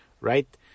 right